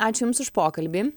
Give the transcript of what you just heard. ačiū jums už pokalbį